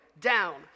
down